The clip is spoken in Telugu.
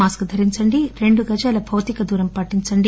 మాస్క్ ధరించండి రెండు గజాల భౌతికదూరం పాటించండి